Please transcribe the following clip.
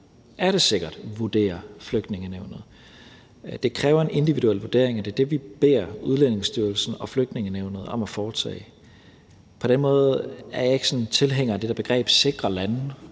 er det sikkert, vurderer Flygtningenævnet. Det kræver en individuel vurdering og det er det, vi beder Udlændingestyrelsen og Flygtningenævnet om at foretage. På den måde er jeg ikke sådan tilhænger af det der begreb sikre lande,